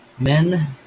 men